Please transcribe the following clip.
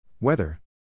Weather